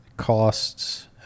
Costs